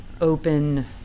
open